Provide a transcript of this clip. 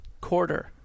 Quarter